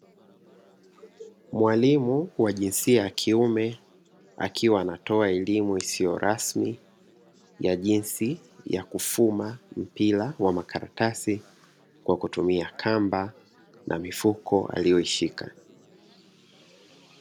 Mwalimu wa jinsia ya kiume, akiwa anatoa elimu isiyo rasmi ya jinsi ya kufuma mpira wa makaratasi, kwa kutumia kamba na mifuko aliyoshika.